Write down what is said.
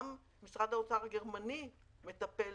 גם משרד האוצר הגרמני מטפל